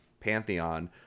Pantheon